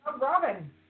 Robin